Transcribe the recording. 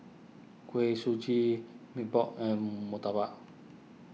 Kuih Suji Mee Pok and Murtabak